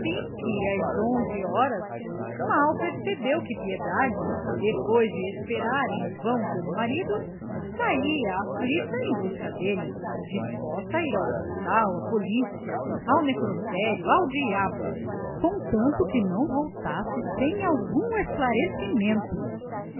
que às onze horas mel percebeu que piedade depois de esperar em vão pelo marido saia aflita em busca dele disposta a ir ao hospital à polícia ao necrotério ao diabo contanto que não voltasse sem algum esclarecimento